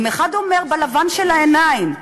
אם אחד אומר: בלבן של העיניים,